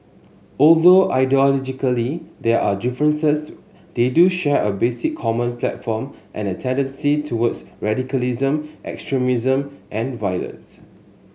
although ideologically there are differences they do share a basic common platform and a tendency towards radicalism extremism and violence